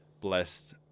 blessed